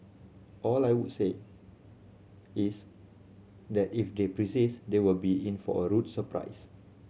all I will say is that if they persist they will be in for a rude surprise